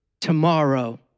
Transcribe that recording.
tomorrow